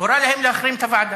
הורה להם להחרים את הוועדה.